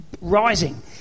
rising